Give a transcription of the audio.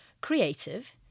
creative